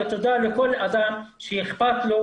תודה לכל אדם שאכפת לו,